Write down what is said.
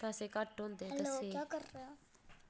पैसे घट्ट दस्से दे हे